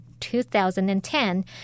2010